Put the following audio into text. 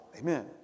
Amen